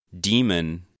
Demon